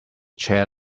chair